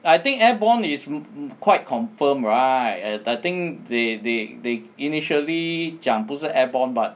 I think airborne is quite confirm right and I think they they they initially 讲不是 airborne but